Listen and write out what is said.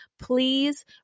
please